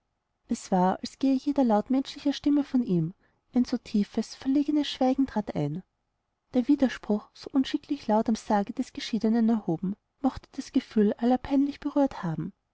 es war als gehe jeder laut menschlicher stimmen mit ihm ein so tiefes verlegenes schweigen trat ein der widerspruch so unschicklich laut am sarge eines geschiedenen erhoben mochte das gefühl aller peinlich berührt haben